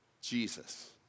Jesus